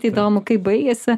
įdomu kaip baigėsi